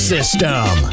System